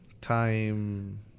time